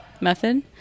method